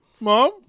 Mom